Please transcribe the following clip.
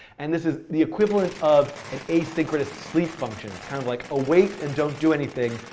and this is the equivalent of an asynchronous sleep function. it's kind of like await and don't do anything.